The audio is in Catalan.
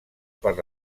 per